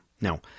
Now